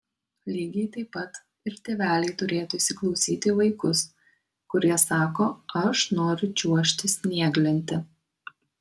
lygiai taip pat ir tėveliai turėtų įsiklausyti į vaikus kurie sako aš noriu čiuožti snieglente